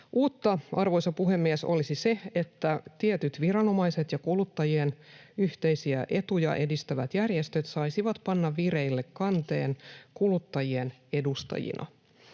Uutta, arvoisa puhemies, olisi se, että tietyt viranomaiset ja kuluttajien yhteisiä etuja edistävät järjestöt saisivat panna vireille kanteen kuluttajien edustajina.